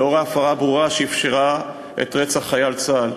לאור ההפרה הברורה שאפשרה את רצח חייל צה"ל.